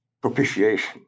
propitiation